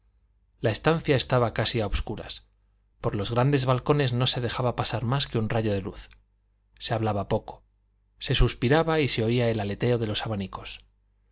la estancia estaba casi a obscuras por los grandes balcones no se dejaba pasar más que un rayo de luz se hablaba poco se suspiraba y se oía el aleteo de los abanicos